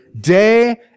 day